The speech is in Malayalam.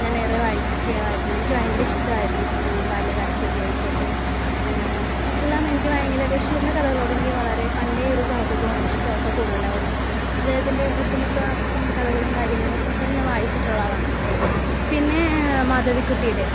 ഞാനേറെ വായിക്കുമായിരുന്നു എനിക്ക് ഭയങ്കര ഇഷ്ടമായിരുന്നു ബാല്യകാലസഖിയായിക്കോട്ടെ എല്ലാം എനിക്ക് ഭയങ്കര ബഷീറിൻ്റെ കഥകളോടെനിക്ക് വളരെ പണ്ടേയൊരു കൗതുകവും ഇഷ്ടമൊക്കെ കൂടുതലായിരുന്നു അദ്ദേഹത്തിൻ്റെ ഒട്ടുമിക്ക കഥകളും കാര്യങ്ങളും ഒക്കെ ഞാൻ വായിച്ചിട്ടുള്ളയാളാണ് പിന്നെ മാധവിക്കുട്ടിയുടെ